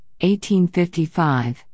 1855